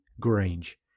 Grange